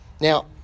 now